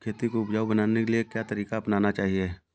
खेती को उपजाऊ बनाने के लिए क्या तरीका अपनाना चाहिए?